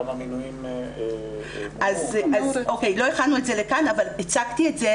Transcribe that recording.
כמה מינויים --- לא הכנו את זה לכאן אבל הצגתי את זה